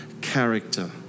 character